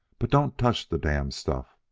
but don't touch the damned stuff!